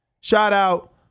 shout-out